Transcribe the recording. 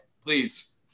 please